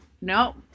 no